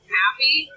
happy